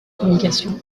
communication